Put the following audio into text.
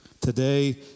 Today